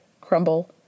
crumble